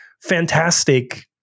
fantastic